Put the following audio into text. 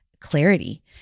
clarity